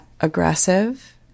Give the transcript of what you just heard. aggressive